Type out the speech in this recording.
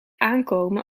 aankomen